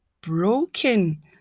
broken